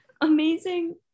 Amazing